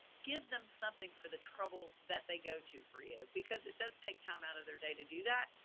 give them something for the trouble that they go to for you because it does take time out of their day to do that.